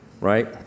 right